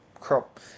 crop